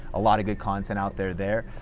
a lot of good content out there there,